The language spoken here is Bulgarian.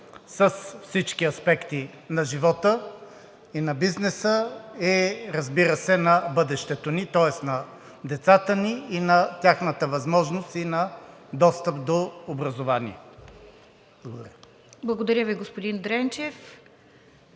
с всички аспекти на живота и на бизнеса, и разбира се, на бъдещето ни. Тоест на децата ни и на тяхната възможност на достъп до образование. Благодаря. ПРЕДСЕДАТЕЛ